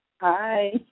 Hi